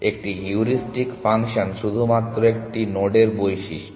একটি heuristic function শুধুমাত্র নোডের একটি বৈশিষ্ট্য